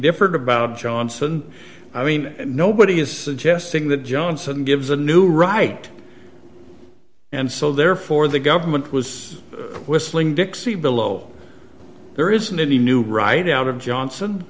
different about johnson i mean nobody is suggesting that johnson gives a new right and so therefore the government was whistling dixie below there isn't any new right out of johnson